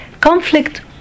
conflict